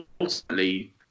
ultimately